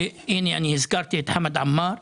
הזכרתי את השר עמאר,